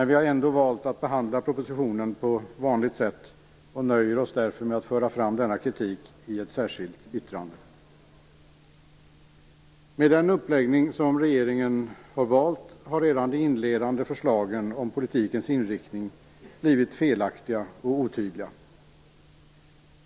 Vi har ändå valt att behandla förslagen i propositionen på vanligt sätt och nöjer oss med att framföra vår kritik i ett särskilt yttrande. Med den uppläggning som regeringen har valt blir redan de inledande förslagen om politikens inriktning felaktiga och otydliga.